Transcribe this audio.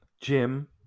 Jim